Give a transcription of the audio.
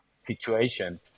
situation